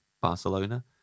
Barcelona